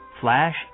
Flash